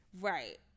right